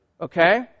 Okay